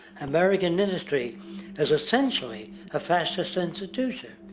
american industry is essencially a fascist institution.